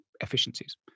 efficiencies